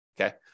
Okay